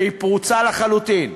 והיא פרוצה לחלוטין,